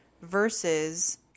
versus